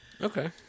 Okay